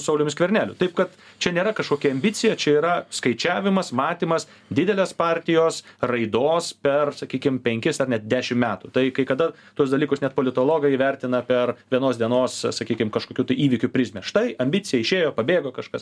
sauliumi skverneliu taip kad čia nėra kažkokia ambicija čia yra skaičiavimas matymas didelės partijos raidos per sakykim penkis ar net dešim metų tai kada tuos dalykus net politologai vertina per vienos dienos sakykim kažkokių tai įvykių prizmę štai ambicija išėjo pabėgo kažkas